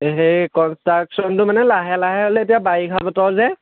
এই হেৰি কনষ্ট্ৰাকশ্যনটো মানে লাহে লাহে হ'লে এতিয়া বাৰিষা বতৰ যে